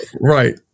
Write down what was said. Right